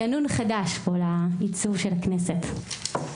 רענון חדש לעיצוב של הכנסת.